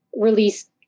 release